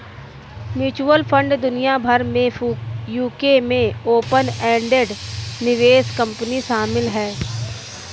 mutual fund दुनिया भर में यूके में ओपन एंडेड निवेश कंपनी शामिल हैं